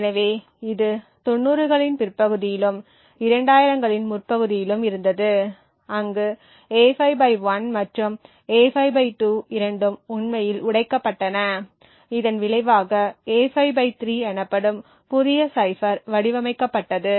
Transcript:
எனவே இது 90 களின் பிற்பகுதியிலும் 2000 களின் முற்பகுதியிலும் இருந்தது அங்கு A5 1 மற்றும் A5 2 இரண்டும் உண்மையில் உடைக்கப்பட்டன இதன் விளைவாக A5 3 எனப்படும் புதிய சைபர் வடிவமைக்கப்பட்டது